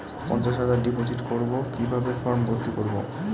পঞ্চাশ হাজার ডিপোজিট করবো কিভাবে ফর্ম ভর্তি করবো?